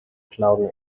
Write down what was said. clown